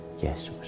Jesus